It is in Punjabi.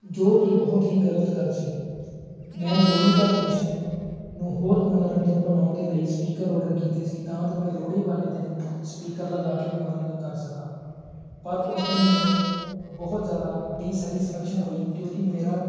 ਜੋ ਕਿ ਬਹੁਤ ਹੀ ਗਲਤ ਗੱਲ ਸੀ ਮੈਂ ਲੋਹੜੀ ਦਾ ਫੰਕਸ਼ਨ ਨੂੰ ਹੋਰ ਮਨੋਰੰਜਨ ਬਣਾਉਣ ਦੇ ਲਈ ਸਪੀਕਰ ਔਰਡਰ ਕੀਤੇ ਸੀ ਤਾਂ ਜੋ ਮੈਂ ਲੋਹੜੀ ਵਾਲੇ ਦਿਨ ਸਪੀਕਰ ਲਗਾ ਕੇ ਮਨੋਰੰਜਨ ਕਰ ਸਕਾਂ ਪਰ ਉਸ ਦਿਨ ਮੈਨੂੰ ਬਹੁਤ ਜ਼ਿਆਦਾ ਡੀਸੈਟਿਸਫੈਕਸ਼ਨ ਹੋਈ ਕਿਉਂਕਿ ਮੇਰਾ